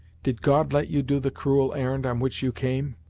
did god let you do the cruel errand on which you came?